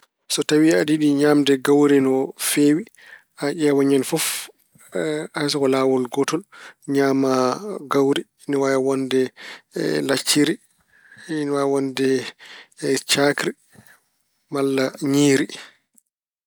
So tawi aɗa yiɗi ñaamde kawri no feewi, a ƴeewan ñande fof hay so laawol gootol ñaama gawri. Ina waawi wonde lacciri, ina waawi wonde caakri, malla ñiiri.